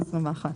ל-2021.